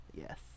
Yes